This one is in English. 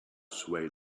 swayed